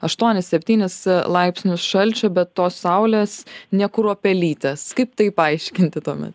aštuonis seotynis laipsnius šalčio bet tos saulės nė kruopelytės kaip tai paaiškinti tuomet